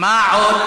מה עוד,